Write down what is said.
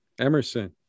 Emerson